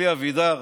אלי אבידר,